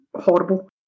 horrible